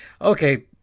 okay